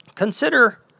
Consider